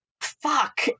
fuck